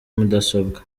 mudasobwa